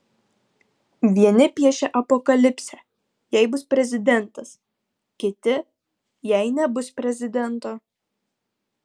vieni piešia apokalipsę jei bus prezidentas kiti jei nebus prezidento